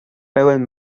pełen